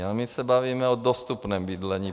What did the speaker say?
Ale my se bavíme o dostupném bydlení.